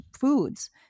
foods